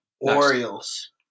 Orioles